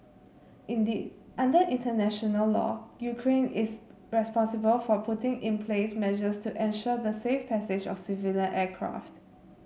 indeed under international law Ukraine is responsible for putting in place measures to ensure the safe passage of civilian aircraft